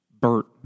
Bert